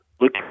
Look